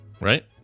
Right